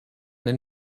den